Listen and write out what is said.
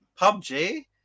PUBG